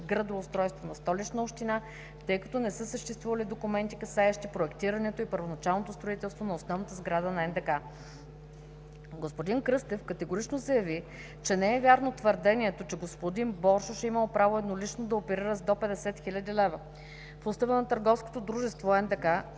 градоустройство“ на Столична община, тъй като не са съществували документи, касаещи проектирането и първоначалното строителство на основната сграда на НДК. Господин Кръстев категорично заяви, че не е вярно твърдението, че господин Боршош е имал право еднолично да оперира до 50 хил. лв. В Устава на Търговското дружество „НДК“